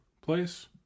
place